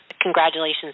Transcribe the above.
congratulations